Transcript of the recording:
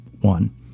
One